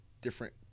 different